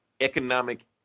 economic